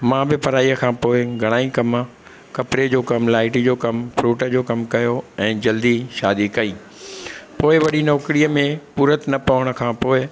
मां बि पढ़ाईअ खां पोइ घणाई कम कपिड़े जो कमु लाईट जो कमु फ्रुट जो कमु कयो ऐं जल्दी शादी कई पोइ वरी नौकरीअ में पूरत न पवण खां पोइ